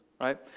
Right